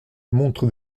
montre